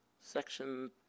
Section